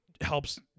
helps